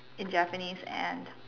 in Japanese and